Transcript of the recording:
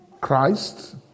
Christ